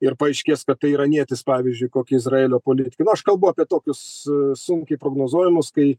ir paaiškės kad tai iranietis pavyzdžiui kokį izraelio politiką na aš kalbu apie tokius sunkiai prognozuojamus kai